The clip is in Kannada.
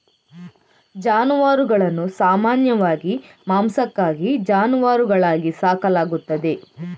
ಜಾನುವಾರುಗಳನ್ನು ಸಾಮಾನ್ಯವಾಗಿ ಮಾಂಸಕ್ಕಾಗಿ ಜಾನುವಾರುಗಳಾಗಿ ಸಾಕಲಾಗುತ್ತದೆ